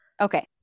okay